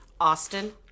Austin